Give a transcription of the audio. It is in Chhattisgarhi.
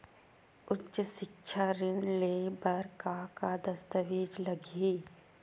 उच्च सिक्छा ऋण ले बर का का दस्तावेज लगही?